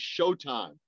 Showtime